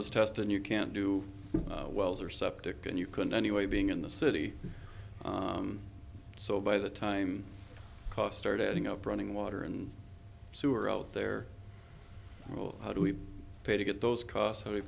was test and you can't do wells or septic and you couldn't anyway being in the city so by the time cost start adding up running water and sewer out there how do we pay to get those costs